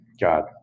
God